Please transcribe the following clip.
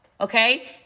Okay